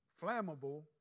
flammable